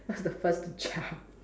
was the first to jump